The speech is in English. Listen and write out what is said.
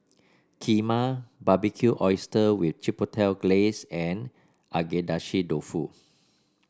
Kheema Barbecued Oysters with Chipotle Glaze and Agedashi Dofu